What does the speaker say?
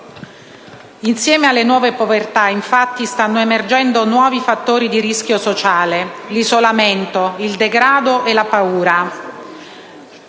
Insieme alle nuove povertà, infatti, stanno emergendo nuovi fattori di rischio sociale: l'isolamento, il degrado e la paura.